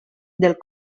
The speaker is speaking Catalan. del